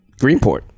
Greenport